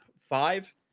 five